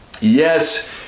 Yes